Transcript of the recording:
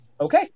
Okay